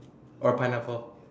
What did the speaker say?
or pineapple